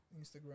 Instagram